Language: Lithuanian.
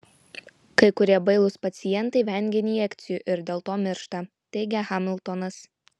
kai kurie bailūs pacientai vengia injekcijų ir dėl to miršta teigia hamiltonas